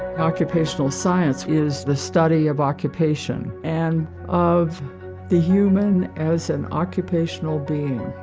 occupational science is the study of occupation and of the human as an occupational being,